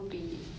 because